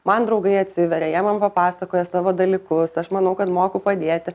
man draugai atsiveria jie man papasakoja savo dalykus aš manau kad moku padėti